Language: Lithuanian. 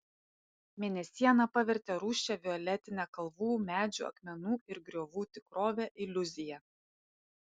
mėnesiena pavertė rūsčią violetinę kalvų medžių akmenų ir griovų tikrovę iliuzija